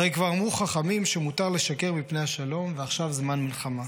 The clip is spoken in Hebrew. // הרי כבר אמרו חכמים / שמותר לשקר מפני השלום / ועכשיו / זמן מלחמה".